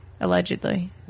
Allegedly